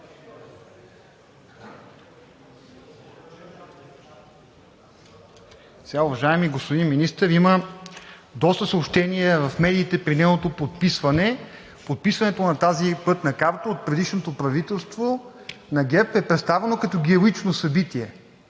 (ДБ): Уважаеми господин Министър, има доста съобщения в медиите при неговото подписване. Подписването на тази Пътна карта от предишното правителство на ГЕРБ е представено като героично събитие.